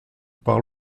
par